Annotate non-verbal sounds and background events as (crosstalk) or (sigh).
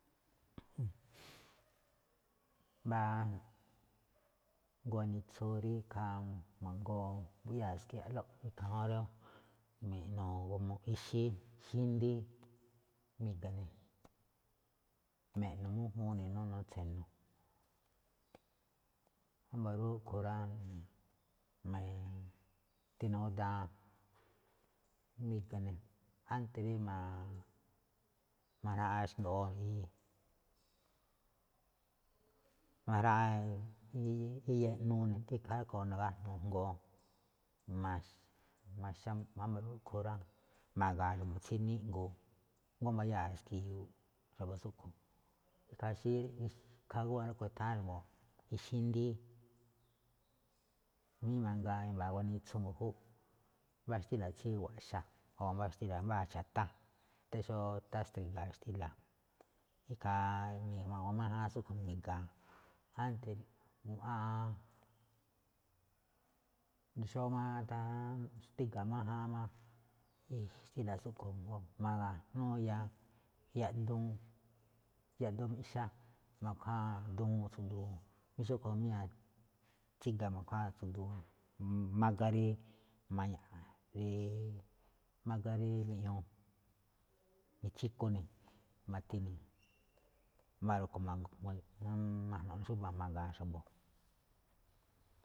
Mbá (hesitation) (noise) gunitsu rí ikhaa ma̱goo nduꞌyáa̱ ski̱ya̱ꞌlóꞌ ikhaa juun rí mi̱ꞌno̱ g (hesitation) u ixí xíndí, mi̱ga̱ ne̱ me̱ꞌno̱ mújúun ne̱ ná inuu tse̱no̱. Wámba̱ rúꞌkhue̱n rá, (hesitation) ma̱ti ne̱ ná awúun daan, mi̱ga̱ ne̱ ánte̱ rí ma̱a̱ (hesitation) ma̱jraꞌáan xngoꞌóo, (hesitation) (noise) ma̱jraꞌáan rí iya ꞌnuu ne̱, tháan ikhaa rúꞌkhue̱n nagájnuu jngó ma̱xa, wámba̱ rúꞌkhue̱n rá, ma̱ga̱a̱n xa̱bo̱ tsí niꞌngo̱o̱, jngó mbayáa̱ ski̱yu̱u̱ꞌ xa̱bo̱ tsúꞌkhue̱n, ikhaa ixí, ikhaa gúwan rúꞌkhue̱n itháán xa̱bo̱ ixíndíí. Jamí mangaa i̱mba̱ ganitsu mbu̱júꞌ, mbáa xtíla̱ tsí gua̱ꞌxa, o xtíla mbáa cha̱tá tsí xóó taxtriga̱a̱ xtíla̱, ikhaa ma̱gu̱ma májáan tsúꞌkhue̱n mi̱ga̱a̱, ánte̱ aan (hesitation) asndo xóó máꞌ tíga̱a̱ májáan máꞌ xtíla̱ tsúꞌkhue̱n jngó ma̱ga̱jnúu iya yaꞌduun, yaꞌduun miꞌxá, ma̱khuáa duun tsu̱du̱u̱ jamí xúꞌkhue̱n míña̱ tsíga ma̱khuáa tsu̱du̱u̱ mágá rí maña̱ꞌ, rí (hesitation) mágá rí miꞌñuu, mi̱chíku ne̱, ma̱tine̱ (noise) wámba̱ rúꞌkhue̱n ma̱jno̱ꞌ xúba̱ ma̱ga̱a̱n xa̱bo̱.